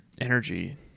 energy